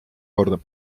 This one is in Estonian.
korda